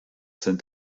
sind